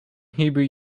hebrew